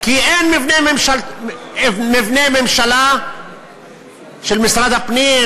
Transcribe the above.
כי אין מבני ממשלה של משרד הפנים,